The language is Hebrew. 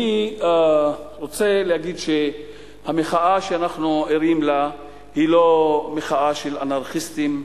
אני רוצה להגיד שהמחאה שאנחנו ערים לה היא לא מחאה של אנרכיסטים,